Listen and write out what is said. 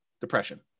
depression